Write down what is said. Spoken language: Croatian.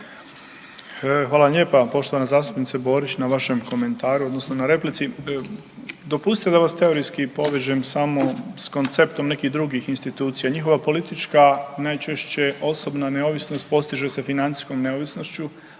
vam lijepa poštovana zastupnice Borić na vašem komentaru odnosno na replici. Dopustite da vas teorijski povežem samo s konceptom nekih drugih institucija. Njihova politička, najčešće osobna neovisnost postiže se financijskom neovisnošću,